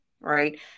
right